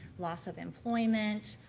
loss of employment,